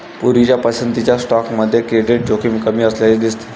पूर्वीच्या पसंतीच्या स्टॉकमध्ये क्रेडिट जोखीम कमी असल्याचे दिसते